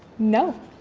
no.